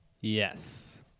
Yes